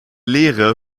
lehre